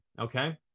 Okay